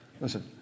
listen